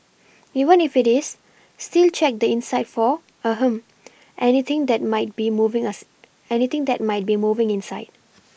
even if it is still check the inside for ahem anything that might be moving us anything that might be moving inside